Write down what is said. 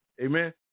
Amen